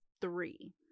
three